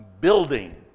building